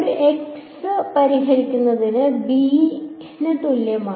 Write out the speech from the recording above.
ഒരു x പരിഹരിക്കുന്നത് b ന് തുല്യമാണ്